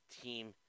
Team